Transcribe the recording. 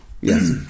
Yes